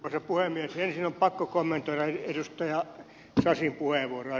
ensin on pakko kommentoida edustaja sasin puheenvuoroa